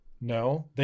No